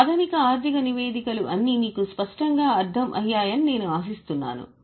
ప్రాథమిక ఆర్థిక నివేదికలు అన్ని మీకు స్పష్టంగా అర్థం అయ్యా యని నేను ఆశిస్తున్నాను